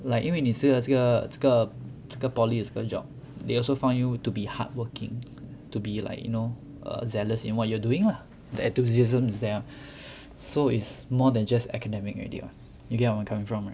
like 因为你说了这个这个这个 political job they also found you to be hardworking to be like you know err zealous in what you're doing lah the enthusiasm is there so it's more than just academic already [what] you get where I'm coming from